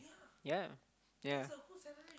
yeah yeah